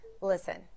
Listen